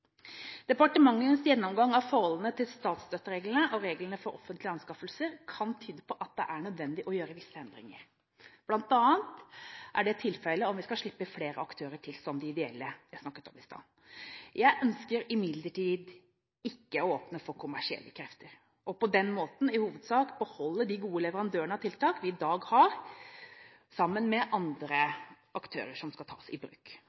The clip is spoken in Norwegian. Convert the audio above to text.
Departementets gjennomgang av forholdet til statsstøttereglene og regelverket for offentlige anskaffelser kan tyde på at det er nødvendig å gjøre visse endringer, bl.a. er det tilfellet om vi skal slippe flere aktører til – som de ideelle, som vi snakket om i stad. Jeg ønsker imidlertid ikke å åpne for kommersielle krefter og vil på den måten i hovedsak beholde de gode leverandørene av tiltak vi i dag har, sammen med andre aktører som skal tas i bruk.